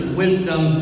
wisdom